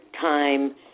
time